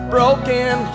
Broken